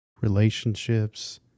relationships